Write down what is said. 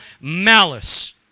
malice